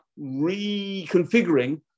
reconfiguring